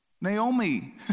Naomi